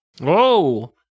Whoa